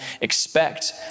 expect